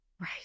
Right